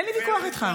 אין לי ויכוח איתך.